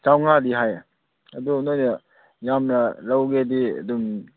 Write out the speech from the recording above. ꯆꯥꯝꯃꯉꯥꯗꯤ ꯍꯥꯏꯌꯦ ꯑꯗꯨ ꯅꯣꯏꯅ ꯌꯥꯝꯅ ꯂꯧꯒꯦꯗꯤ ꯑꯗꯨꯝ